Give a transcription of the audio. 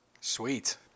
Sweet